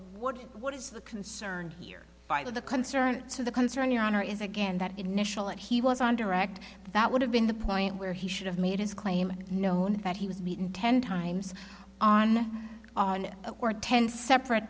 what what is the concern here by the concern so the concern your honor is again that initial that he was on direct that would have been the point where he should have made his claim known that he was beaten ten times on or ten separate